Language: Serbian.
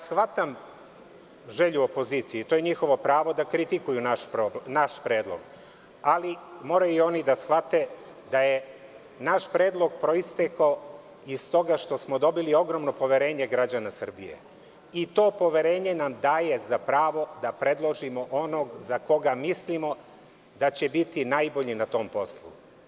Shvatam želju opozicije, to je njihovo pravo da kritikuju naš predlog, ali moraju i oni da shvate da je naš predlog proistekao iz toga što smo dobili ogromno poverenje građana Srbije i to poverenje nam daje za pravo da predložimo onoga za koga mislimo da će biti najbolji na tom poslu.